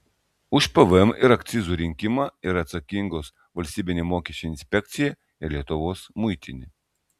už pvm ir akcizų rinkimą yra atsakingos valstybinė mokesčių inspekcija ir lietuvos muitinė